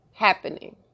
Happening